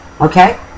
Okay